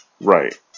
Right